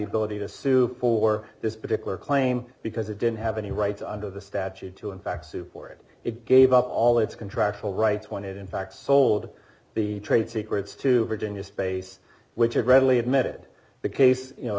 ability to sue for this particular claim because it didn't have any rights under the statute to in fact soup or it it gave up all its contractual rights when it in fact sold the trade secrets to virginia space which would readily admitted the case you know